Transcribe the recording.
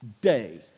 day